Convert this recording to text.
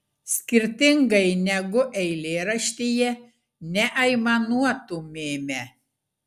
skirtingai negu eilėraštyje neaimanuotumėme